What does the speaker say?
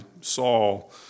Saul